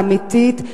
האמיתית,